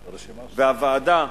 והוועדה,